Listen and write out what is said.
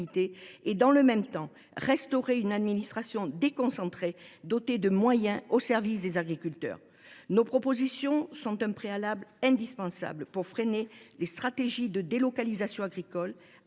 dans le même temps, de restaurer une administration déconcentrée dotée de moyens au service des agriculteurs. Nos propositions sont un préalable indispensable pour freiner les stratégies de délocalisation agricole